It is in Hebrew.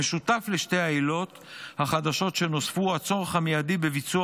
המשותף לשתי העילות החדשות שנוספו הצורך המיידי בביצוע